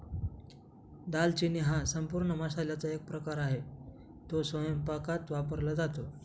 दालचिनी हा संपूर्ण मसाल्याचा एक प्रकार आहे, तो स्वयंपाकात वापरला जातो